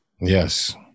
Yes